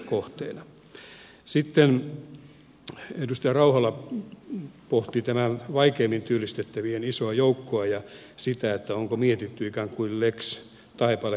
sitten edustaja rauhala pohti tätä vaikeimmin työllistettävien isoa joukkoa ja sitä onko mietitty ikään kuin lex taipale kakkosta